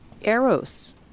Eros